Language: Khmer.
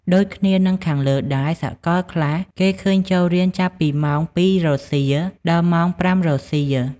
ដូចគ្នានិងខាងលើដែរ សកលខ្លះ គេឃើញចូលរៀនចាប់ពីម៉ោង ២ៈ០០ រសៀល ដល់ម៉ោង ៥ៈ០០ រសៀល ។